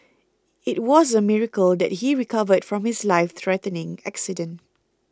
it was a miracle that he recovered from his life threatening accident